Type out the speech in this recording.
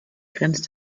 grenzt